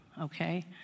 okay